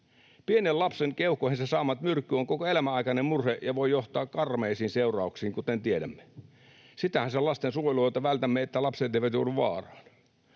Pienen lapsen keuhkoihinsa saama myrkky on koko elämänaikainen murhe ja voi johtaa karmeisiin seurauksiin, kuten tiedämme. Sitähän se lastensuojelu on, että vältämme sen, että lapset joutuvat vaaraan.